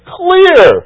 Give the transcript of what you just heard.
clear